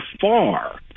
far